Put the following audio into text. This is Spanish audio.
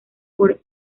por